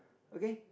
okay